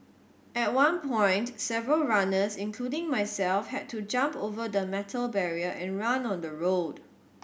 at one point several runners including myself had to jump over the metal barrier and run on the road